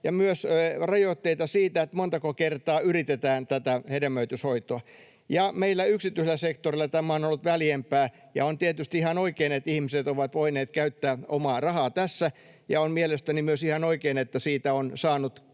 ja myös rajoitteita siinä, montako kertaa yritetään tätä hedelmöityshoitoa. Meillä yksityisellä sektorilla tämä on ollut väljempää. Ja on tietysti ihan oikein, että ihmiset ovat voineet käyttää omaa rahaa tässä, ja on mielestäni myös ihan oikein, että siitä on saanut